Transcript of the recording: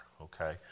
okay